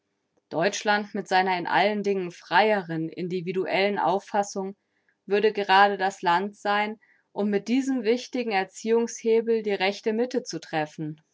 deutschland mit seiner in allen dingen freieren individuellen auffassung würde grade das land sein um mit diesem wichtigen erziehungshebel die rechte mitte zu treffen